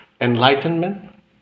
enlightenment